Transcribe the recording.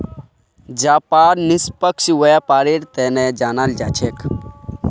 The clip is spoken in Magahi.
जापान निष्पक्ष व्यापारेर तने जानाल जा छेक